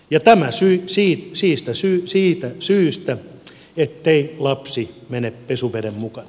ja tämä siitä syystä ettei lapsi mene pesuveden mukana